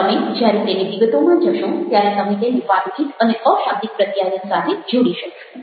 તમે જ્યારે તેની વિગતોમાં જશો ત્યારે તમે તેને વાતચીત અને અશાબ્દિક પ્રત્યાયન સાથે જોડી શકશો